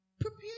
prepare